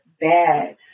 bad